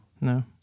No